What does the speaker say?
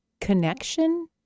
connection